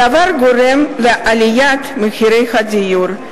הדבר גורם לעליית מחירי הדיור,